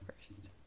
first